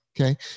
Okay